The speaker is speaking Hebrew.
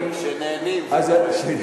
כשנהנים זה קורה.